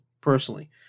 personally